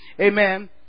Amen